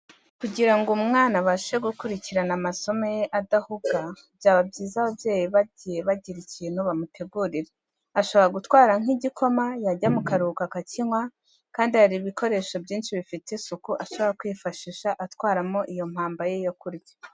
Kugira ngo umwana abashe gukurikirana amasomo ye adahuga byaba byiza ababyeyi bagiye bagira ikintu bamutegurira. Ashobora gutwara nk'igikoma yajya mu karuhuko akakinywa kandi hari ibikoresho byinshi bifite isuku ashobora kwifashisha atwaramo iyo mpamba ye yo kurya.